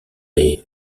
les